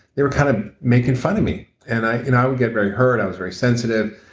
they were kind of making fun of me and i and i would get very hurt. i was very sensitive